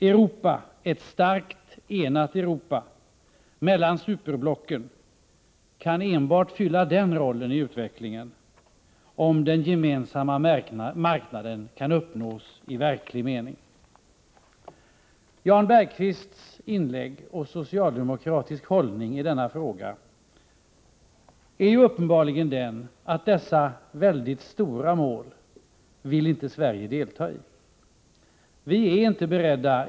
Ett starkt, enat Europa mellan superblocken kan enbart fylla den rollen i utvecklingen, om den gemensamma marknaden kan uppnås i verklig mening. Jan Bergqvists inlägg visar att socialdemokratisk hållning i denna fråga uppenbarligen är att Sverige inte skall delta i dessa väldigt stora mål.